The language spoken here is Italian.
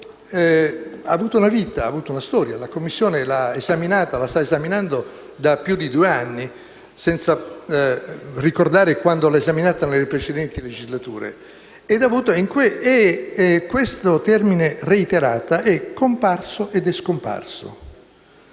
ha avuto una vita, una storia. La Commissione la sta esaminando da più di due anni, senza ricordare quando l'ha esaminata nelle precedenti legislature. Il termine «reiterate» è comparso e scomparso.